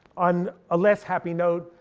on a less happy note,